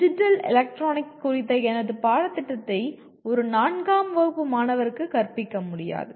digital electronics குறித்த எனது பாடத்திட்டத்தை ஒரு நான்காம் வகுப்பு மாணவருக்கு கற்பிக்க முடியாது